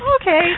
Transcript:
Okay